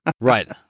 right